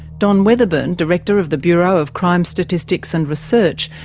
don weatherburn, director of the bureau of crime statistics and research,